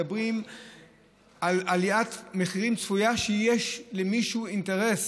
מדברים על עליית מחירים צפויה שיש למישהו אינטרס,